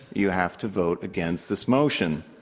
you have to vote against this motion.